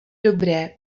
dobré